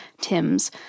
Tim's